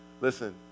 Listen